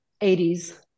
80s